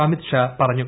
അമിത്ഷാ പറഞ്ഞു